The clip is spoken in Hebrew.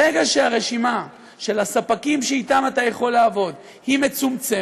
ברגע שהרשימה של הספקים שאתם אתה יכול לעבוד מצומצמת,